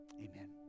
Amen